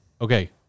okay